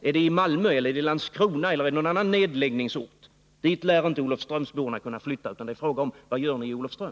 Är det Malmö, Landskrona eller någon annan nedläggningsort? Dit lär olofströmsborna inte kunna flytta. Frågan är: Vilka åtgärder vidtar ni i Olofström?